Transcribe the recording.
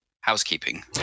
housekeeping